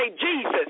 Jesus